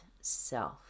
self